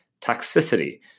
Toxicity